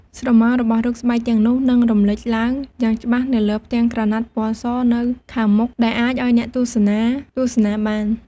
ស្រមោលរបស់រូបស្បែកទាំងនោះនឹងរំលេចឡើងយ៉ាងច្បាស់នៅលើផ្ទាំងក្រណាត់ពណ៌សនៅខាងមុខ ដែលអាចឲ្យអ្នកទស្សនាទស្សនាបាន។